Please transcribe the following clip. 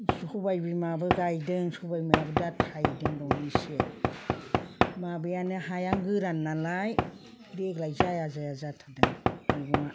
सबाय बिमाबो गायदों सबाय बिमायाबो दा थाइदों दं इसे माबायानो हाया गोरान नालाय देग्लाय जाया जाया जाथारदों मैगङा